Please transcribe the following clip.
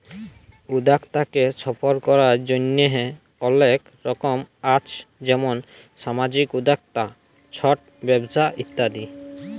উদ্যক্তাকে সফল করার জন্হে অলেক রকম আছ যেমন সামাজিক উদ্যক্তা, ছট ব্যবসা ইত্যাদি